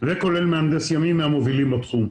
וכולל מהנדס ימי מהמובילים בתחום.